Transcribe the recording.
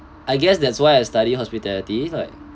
I guess that's why I study hospitality